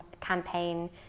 campaign